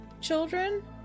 children